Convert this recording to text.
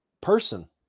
person